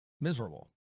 miserable